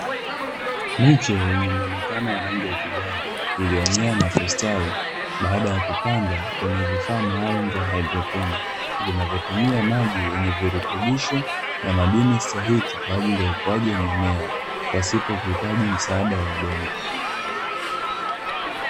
Miche yenye muonekano wa rangi ya kijani iliyomea na kustawi baada ya kupandwa kwenye vifaa maalumu vya haidroponi vinavyotumia maji yenye virutubisho na madini stahiki kwa ajili ya ukuaji mimea pasipo kuhitaji msaada wa udongo.